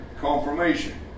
confirmation